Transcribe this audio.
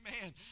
Amen